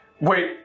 wait